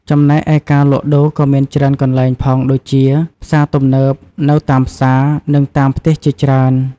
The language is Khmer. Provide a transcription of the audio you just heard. ចំណែកឯការលក់ដូរក៏មានច្រើនកន្លែងផងដូចជា ផ្សារទំនើប នៅតាមផ្សារ និងតាមផ្ទះជាច្រើន។